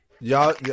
Y'all